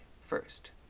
first